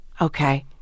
Okay